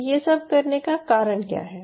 तो ये सब करने का कारण क्या है